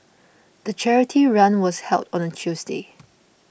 the charity run was held on a Tuesday